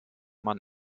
man